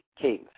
kings